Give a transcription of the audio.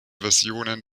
versionen